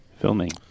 filming